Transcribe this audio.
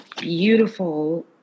beautiful